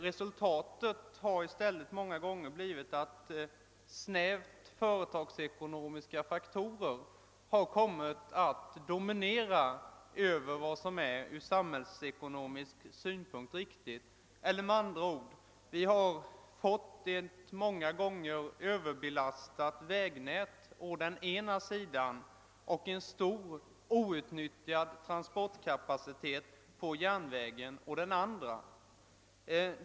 Resultatet har i stället många gånger blivit att snävt företagsekonomiska faktorer har kommit att dominera över vad som ur samhällsekonomisk synpunkt är riktigt. Med andra ord: vi har fått ett många gånger Överbelastat vägnät å den ena sidan och en stor outnyttjad transportkapacitet på järnvägen å den andra.